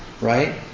right